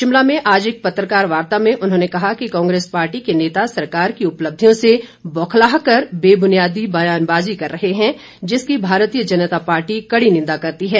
शिमला में आज एक पत्रकार वार्ता में उन्होंने कहा कि कांग्रेस पार्टी के नेता सरकार की उपलब्धियों से बौखलाकर बेबुनियाद बयानबाजी कर रहे हैं जिसकी भारतीय जनता पार्टी कड़ी निंदा करती है